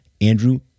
Andrew